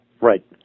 Right